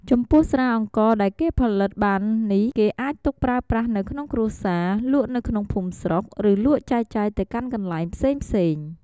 ចំពោះស្រាអង្ករដែលគេផលិតបាននេះគេអាចទុកប្រើប្រាស់នៅក្នុងគ្រួសារ លក់នៅក្នុងភូមិស្រុក ឬលក់ចែកចាយទៅកាន់កន្លែងផ្សេងៗ។